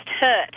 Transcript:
hurt